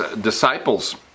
disciples